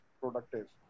productive